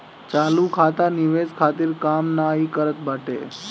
चालू खाता निवेश खातिर काम नाइ करत बाटे